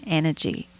energy